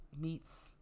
meats